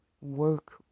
work